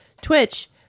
Twitch